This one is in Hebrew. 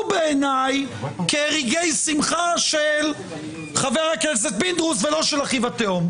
בעיני כרגעי שמחה של חבר הכנסת פינדרוס ולא של אחיו התאום.